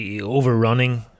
overrunning